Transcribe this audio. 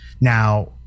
Now